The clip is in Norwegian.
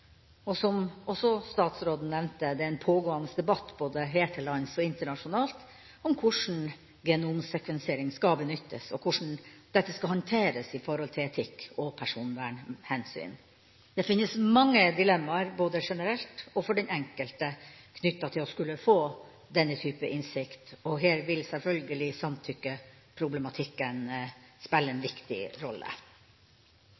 Og som også statsråden nevnte: Det er en pågående debatt både her til lands og internasjonalt om hvordan genomsekvensering skal benyttes, og hvordan dette skal håndteres i forhold til etikk og personvernhensyn. Det finnes mange dilemmaer både generelt og for den enkelte knyttet til å skulle få denne typen innsikt, og her vil selvfølgelig samtykkeproblematikken spille en